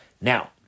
Now